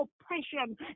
oppression